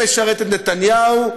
שמשרת את נתניהו.